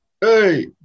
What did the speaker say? Hey